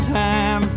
time